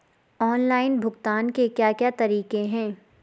Online भुगतान के क्या क्या तरीके हैं?